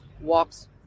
walks